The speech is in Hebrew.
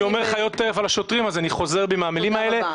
אומר 'חיות טרף' על השוטרים אני חוזר בי מהמילים האלה,